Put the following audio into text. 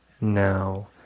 now